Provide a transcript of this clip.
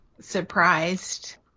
surprised